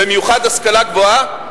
במיוחד השכלה גבוהה,